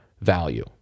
value